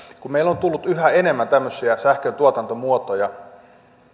meillä on tullut yhä enemmän sähköntuotantomuotoja